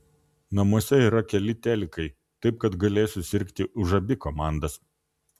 namuose yra keli telikai taip kad galėsiu sirgti už abi komandas